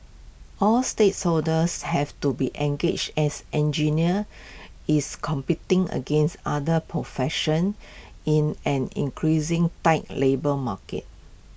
all stakeholders have to be engaged as engineer is competing against other professions in an increasing tight labour market